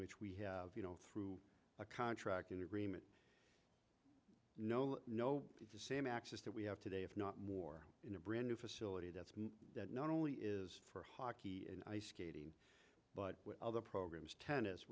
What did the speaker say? which we have you know through a contract in agreement no no if the same access that we have today if not more in a brand new facility that's not only is for hockey ice skating but other programs tennis